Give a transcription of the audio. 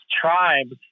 tribes